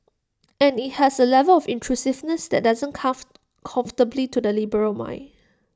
and IT has A level of intrusiveness that doesn't come comfortably to the liberal mind